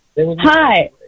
Hi